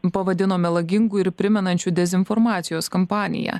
pavadino melagingu ir primenančiu dezinformacijos kampaniją